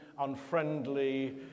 unfriendly